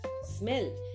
smell